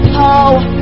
power